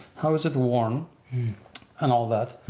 how is it worn and all that,